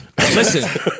Listen